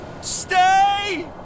Stay